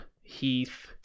Heath